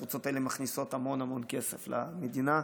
הקבוצות האלה מכניסות המון המון כסף למדינה.